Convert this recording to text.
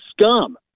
scum